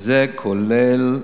וזה כולל,